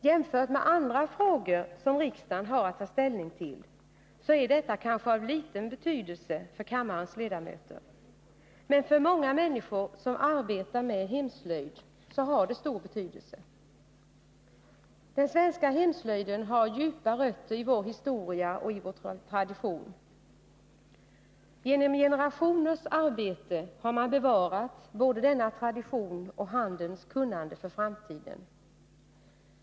Jämfört med andra frågor som riksdagen har att ta ställning till är denna kanske av liten betydelse för kammarens ledamöter, men för många människor som arbetar med hemslöjd har den stor betydelse. Den svenska hemslöjden har djupa rötter i vår historia och tradition. Genom generationers arbete har man bevarat både denna tradition och handens kunnande för framtiden.